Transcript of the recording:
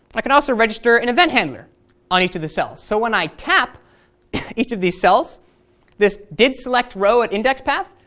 i can also register an event handler on each of the cells, so when i tap each of these cells this didselectrowatindexpath,